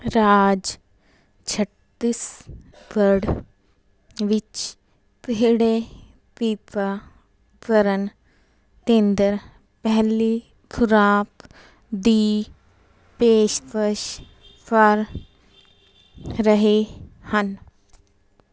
ਰਾਜ ਛੱਤੀਸਗੜ੍ਹ ਵਿੱਚ ਕਿਹੜੇ ਟੀਕਾਕਰਨ ਕੇਂਦਰ ਪਹਿਲੀ ਖੁਰਾਕ ਦੀ ਪੇਸ਼ਕਸ਼ ਕਰ ਰਹੇ ਹਨ